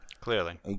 Clearly